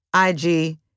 IG